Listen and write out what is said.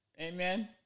Amen